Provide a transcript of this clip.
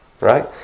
Right